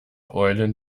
heulen